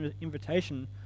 invitation